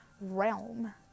realm